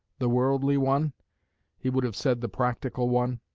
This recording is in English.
the worldly one he would have said, the practical one